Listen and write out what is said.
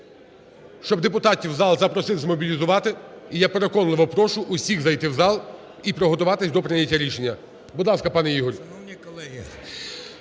щоб депутатів в зал запросити і змобілізувати. І я переконливо прошу усіх зайти в зал і приготуватись до прийняття рішення. Будь ласка, пане Ігор.